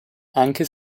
anche